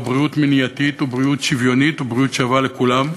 ובריאות מניעתית ובריאות שוויוניות ובריאות שווה לכולם.